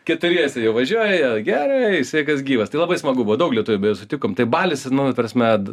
keturiese jie važiuoja gerai sveikas gyvas tai labai smagu buvo daug lietuvių sutikom tai balis nu ta prasme